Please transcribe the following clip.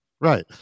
Right